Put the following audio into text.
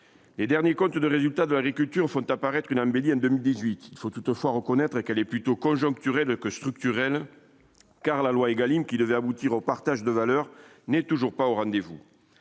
les derniers comptes de résultats de l'agriculture font apparaître une embellie en 2018, il faut toutefois reconnaître qu'elle est plutôt conjoncturel que structurel, car la loi Egalim qui devait aboutir au partage de valeur n'est toujours pas au rendez-vous